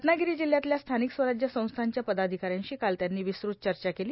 रत्नागिरी जिल्ह्यातल्या स्थानिक स्वराज्य संस्थांच्या पदाधिकाऱ्यांशी काल त्यांनी विस्तृत चर्चा केली